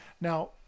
Now